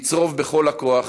לצרוב בכל הכוח,